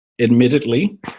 admittedly